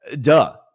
duh